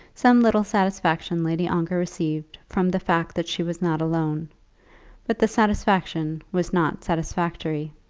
some little satisfaction lady ongar received from the fact that she was not alone but the satisfaction was not satisfactory.